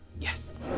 Yes